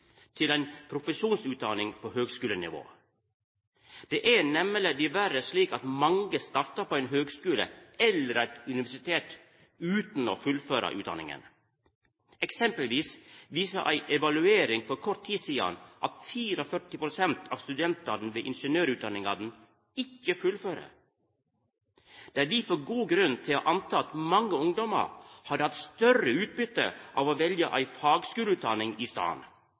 til ei profesjonsutdanning på høgskulenivå. Det er nemleg diverre slik at mange startar på ein høgskule, eller eit universitet, utan å fullføra utdanninga. Eksempelvis viste ei evaluering for kort tid sidan at 44 pst. av studentane ved ingeniørutdanningane ikkje fullførde. Det er difor god grunn til å anta at mange ungdommar hadde hatt større utbytte av å velja ei fagskuleutdanning i staden.